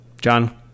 John